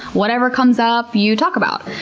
whatever comes up, you talk about,